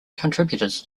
contributors